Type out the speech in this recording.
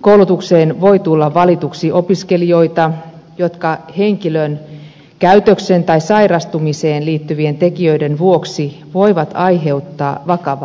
koulutukseen voi tulla valituiksi opiskelijoita jotka henkilön käytöksen tai sairastumiseen liittyvien tekijöiden vuoksi voivat aiheuttaa vakavaa vaaraa